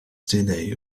delay